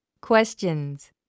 Questions